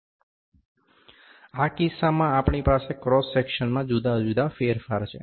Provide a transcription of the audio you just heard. આ કિસ્સામાં આપણી પાસે ક્રોસ સેક્શનમાં જુદા જુદા ફેરફાર છે